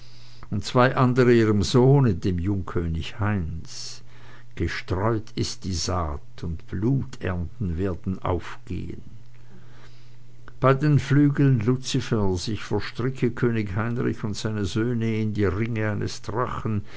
und zwei andere ihre sohne dem jungkönig heinz gestreut ist die saat und bluternten werden aufgehen bei den flügeln luzifers ich verstricke könig heinrich und eine söhne in die ringe eines drachen